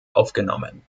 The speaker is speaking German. aufgenommen